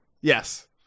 Yes